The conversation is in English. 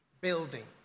Building